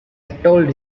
told